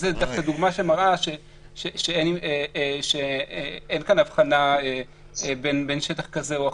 זו דווקא דוגמה שמראה שאין כאן הבחנה בין שטח כזה או אחר.